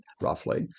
roughly